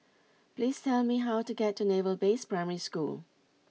please tell me how to get to Naval Base Primary School